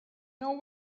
know